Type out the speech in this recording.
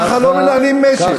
ככה לא מנהלים משק.